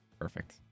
Perfect